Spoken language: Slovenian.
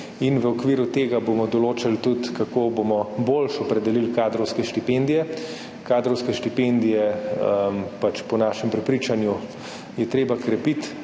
V okviru tega bomo določili tudi, kako bomo boljše opredelili kadrovske štipendije. Kadrovske štipendije je po našem prepričanju treba krepiti,